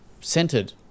centered